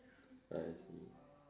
I see